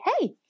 hey